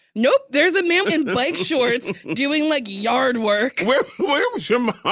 nope. there's a man in bike shorts doing, like, yard work where where was your mom? ah